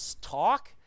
talk